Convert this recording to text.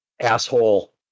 asshole